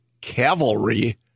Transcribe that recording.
cavalry